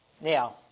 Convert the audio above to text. Now